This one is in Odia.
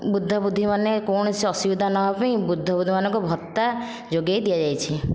ବୁଦ୍ଧ ବୁଦ୍ଧିମାନେ କୌଣସି ଅସୁବିଧା ନ ହେବା ପାଇଁ ବୁଦ୍ଧ ବୁଦ୍ଧିମାନଙ୍କୁ ଭତ୍ତା ଯୋଗାଇ ଦିଆଯାଇଛି